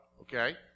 okay